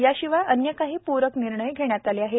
याशिवाय अन्य काही पूरक निर्णयही घेण्यात आले आहेत